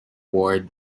ward